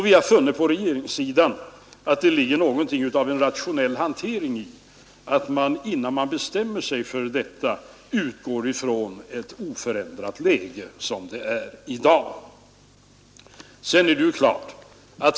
Vi har på regeringssidan funnit att det är någonting av en rationell hantering att man innan man bestämmer sig för detta utgår ifrån ett oförändrat läge.